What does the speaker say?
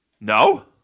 No